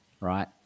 right